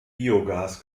biogas